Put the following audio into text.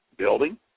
building